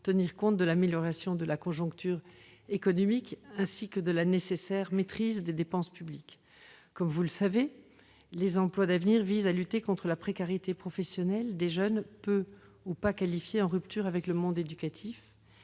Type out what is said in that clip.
tenir compte de l'amélioration de la conjoncture économique ainsi que de la nécessaire maîtrise des dépenses publiques. Vous le savez, les emplois d'avenir visent à lutter contre la précarité professionnelle des jeunes peu ou non qualifiés, en rupture avec le monde éducatif.